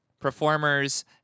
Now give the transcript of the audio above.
performers